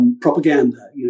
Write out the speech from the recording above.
propaganda